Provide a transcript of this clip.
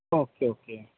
okay okay